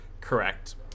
correct